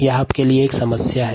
यह आपके लिए एक समस्या है